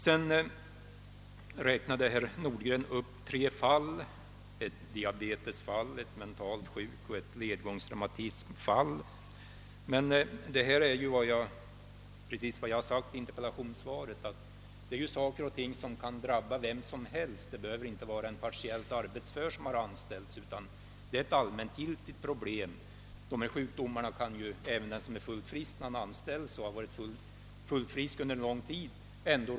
Sedan tog herr Nordgren upp tre fall av respektive diabetes, mentalsjukdom och ledgångsreumatism som exempel, men det är ju sjukdomar som kan drabba vem som helst, inte bara partiellt arbetsföra. Det är ett allmängiltigt problem. De nämnda sjukdomarna kan drabba även den som är fullt frisk vid anställningen och har varit det under lång tid.